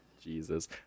Jesus